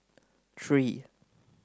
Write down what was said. three